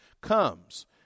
comes